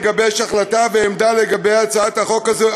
הבוקר לגבש החלטה ועמדה לגבי הצעת החוק הזו,